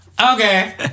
Okay